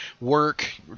work